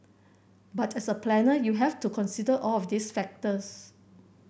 but as a planner you have to consider all of these factors